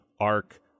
arc